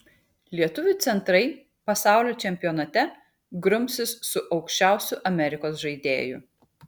lietuvių centrai pasaulio čempionate grumsis su aukščiausiu amerikos žaidėju